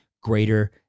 greater